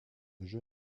jeu